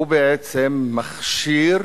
הוא בעצם מכשיר,